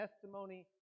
testimony